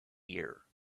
ear